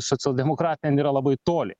socialdemokratam yra labai toli